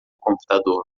computador